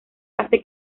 hace